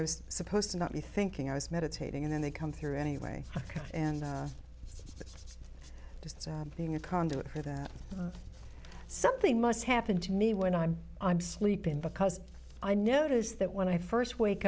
i was supposed to not be thinking i was meditating and then they come through anyway and it's just being a conduit for that something must happen to me when i'm i'm sleeping because i notice that when i first wake